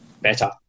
better